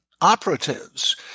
operatives